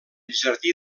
jardí